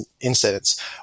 incidents